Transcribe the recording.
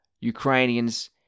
Ukrainians